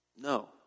No